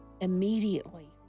Immediately